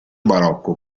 barocco